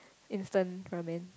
instant ramen